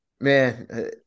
man